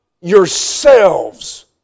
yourselves